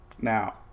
now